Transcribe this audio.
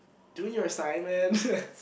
doing your assignments